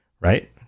right